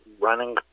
running